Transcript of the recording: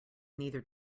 neither